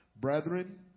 Brethren